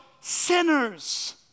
sinners